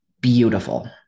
beautiful